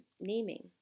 naming